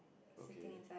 okay